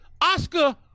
Oscar